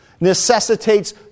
necessitates